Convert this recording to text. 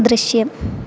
ദൃശ്യം